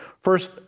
First